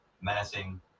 menacing